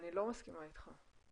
אני לא מסכימה איתך.